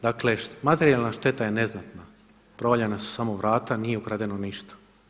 Dakle materijalna šteta je neznatna, provaljena su samo vrata, nije ukradeno ništa.